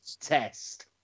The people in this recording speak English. test